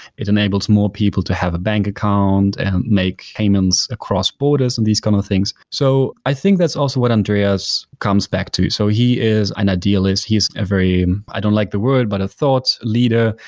it enables more people to have a bank account and make payments across borders and these kind of things. so i think that's also what andreas comes back to. so he is an idealist. he he is a very i don't like the word, but a thought leader.